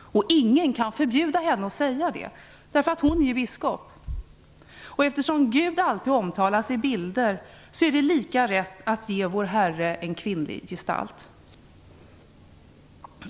Och ingen kan förbjuda henne att säga det, eftersom hon är biskop. Eftersom Gud alltid omtalas i bilder är det lika rätt att ge Vår Herre en kvinnlig gestalt.